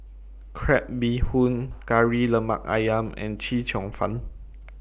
Crab Bee Hoon Kari Lemak Ayam and Chee Cheong Fun